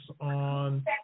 on